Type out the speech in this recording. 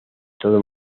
todo